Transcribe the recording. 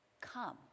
come